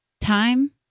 time